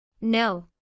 No